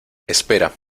espera